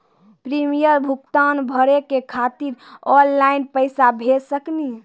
Premium भुगतान भरे के खातिर ऑनलाइन पैसा भेज सकनी?